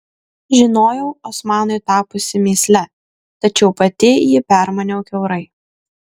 žinojau osmanui tapusi mįsle tačiau pati jį permaniau kiaurai